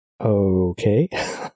Okay